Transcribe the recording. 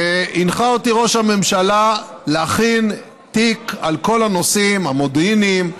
הנחה אותי ראש הממשלה להכין תיק על כל הנושאים המודיעיניים,